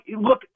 look